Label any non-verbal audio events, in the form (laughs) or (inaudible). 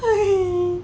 (laughs)